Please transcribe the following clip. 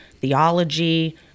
theology